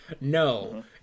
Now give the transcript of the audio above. No